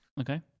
Okay